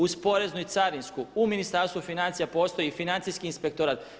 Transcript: Uz poreznu i carinsku u Ministarstvu financija postoji i financijski inspektorat.